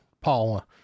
Paula